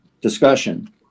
Discussion